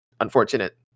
unfortunate